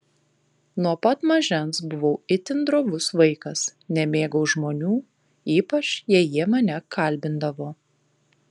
nuo pat mažens buvau itin drovus vaikas nemėgau žmonių ypač jei jie mane kalbindavo